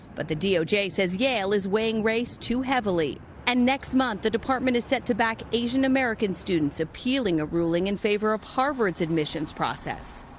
but the doj says yale is weighing race too heavily. and next month the department is set to back asian american students appealing a ruling in favor of harvard's admission process.